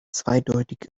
zweideutig